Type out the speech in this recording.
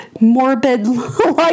morbid